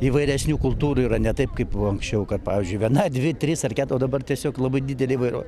įvairesnių kultūrų yra ne taip kaip anksčiau kad pavyzdžiui viena dvi tris ar ketur o dabar tiesiog labai didelė įvairovė